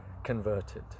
converted